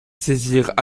saisirent